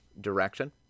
direction